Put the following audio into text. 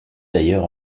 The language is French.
d’ailleurs